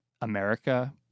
America